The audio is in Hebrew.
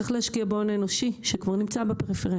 צריך להשקיע בהון האנושי שכבר נמצא בפריפריה.